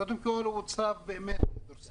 קודם כל, הוא צו דורסני.